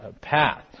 path